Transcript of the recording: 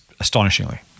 astonishingly